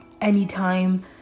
anytime